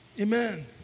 Amen